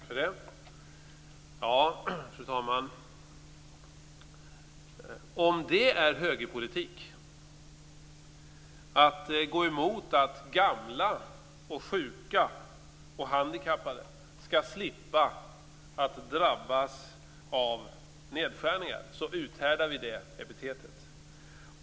Herr talman! Om det är högerpolitik att gå emot att gamla, sjuka och handikappade skall slippa att drabbas av nedskärningar så uthärdar vi det epitetet.